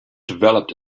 developed